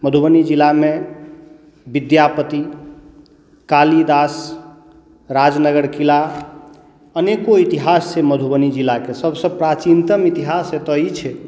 मधुबनी जिलामे विद्यापति कालिदास राजनगर किला अनेको इतिहास छै मधुबनी जिलाके सभसँ प्राचीनतम इतिहास एतय ई छै